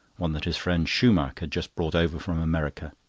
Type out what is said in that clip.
one that his friend shoemach had just brought over from america.